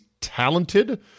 talented